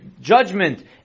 judgment